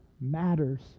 matters